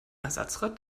ersatzrad